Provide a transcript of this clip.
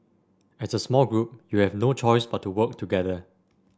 as a small group you have no choice but to work together